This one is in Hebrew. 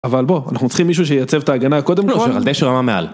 אבל בואו, אנחנו צריכים מישהו שייצב את ההגנה קודם כל. נכון, של ? רמה מעל.